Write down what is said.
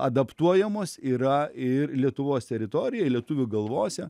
adaptuojamos yra ir lietuvos teritorijoj lietuvių galvose